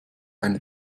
eine